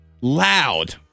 loud